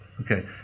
Okay